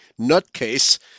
nutcase